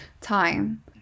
time